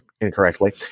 incorrectly